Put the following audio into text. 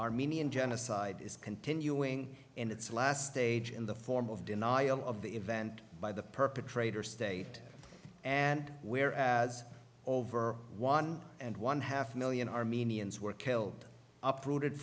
armenian genocide is continuing in its last stage in the form of denial of the event by the perpetrator state and where as over one and one half million armenians were killed up rooted